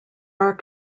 are